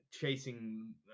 chasing